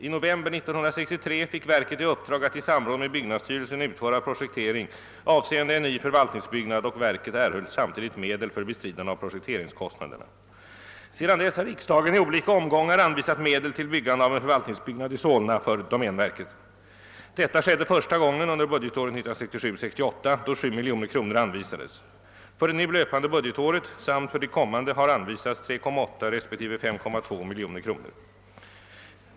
I november 1963 fick verket i uppdrag att i samråd med byggnadsstyrelsen utföra projektering avseende en ny förvaltningsbyggnad och verket erhöll samtidigt medel för bestridande av projekteringskostnaderna. Sedan dess har riksdagen i olika omgångar anvisat medel till byggande av en förvaltningsbyggnad i Solna för domänverket. Detta skedde första gången under budgetåret 1967/68 då 7 miljoner kronor anvisades. För det nu löpande budgetåret samt för det kommande har anvisats 3,8 resp. 5,2 miljoner kronor.